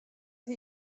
hie